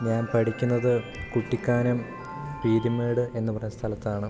ഞാൻ പഠിക്കുന്നത് കുട്ടിക്കാനം പീരുമേട് എന്നു പറഞ്ഞ സ്ഥലത്താണ്